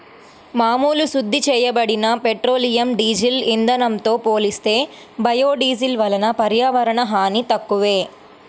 మామూలు శుద్ధి చేయబడిన పెట్రోలియం, డీజిల్ ఇంధనంతో పోలిస్తే బయోడీజిల్ వలన పర్యావరణ హాని తక్కువే